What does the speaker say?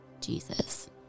Jesus